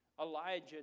Elijah